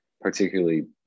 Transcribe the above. particularly